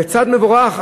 זה צעד מבורך,